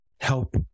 help